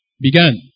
began